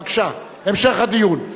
בבקשה, המשך הדיון.